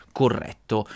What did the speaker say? corretto